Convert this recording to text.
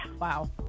Wow